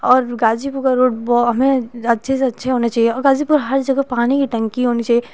और गाजीपुर का रोड बहुत अच्छे से अच्छा होना चाहिए गाजीपुर में हर जगह पानी की टंकी होनी चाहिए